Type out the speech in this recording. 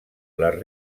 les